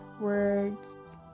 words